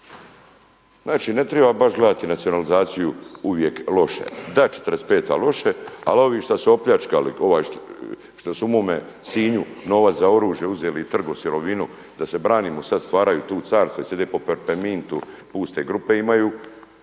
Znači ne treba baš gledati nacionalizaciju uvijek loši. Da, 45. loša ali ovi što su opljačkali, ovaj što su u mome Sinju novac za oružje uzeli … /ne razumije se/… da se branimo sada stvaraju tu carstvo i … /ne razumije se/… puste grupe imaju.